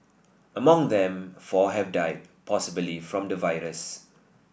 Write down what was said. among them four have died possibly from the virus